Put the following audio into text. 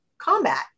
combat